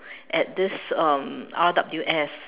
at this um R_W_S